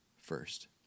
first